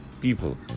people